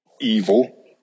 evil